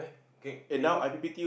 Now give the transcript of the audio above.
can can go